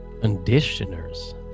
Conditioners